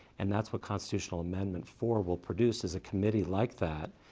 and that's what constitutional amendment four will produce, is a committee like that,